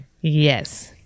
Yes